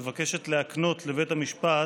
מבקשת להקנות לבית המשפט